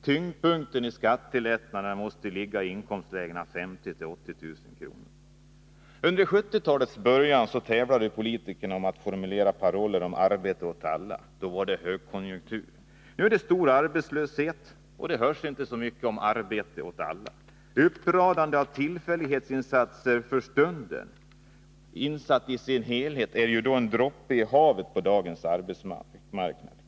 Tyngdpunkten i skattelättnaden måste sättas in i inkomstlägen mellan 50 000 och 80 000 kr. Under 1970-talets början tävlade politikerna om att formulera paroller om arbete åt alla. Då var det högkonjunktur. Nu råder stor arbetslöshet, och det hörs inte så mycket om arbete åt alla. Uppradande av tillfällighetsinsatser är bra för stunden men en droppe i havet på dagens arbetsmarknad.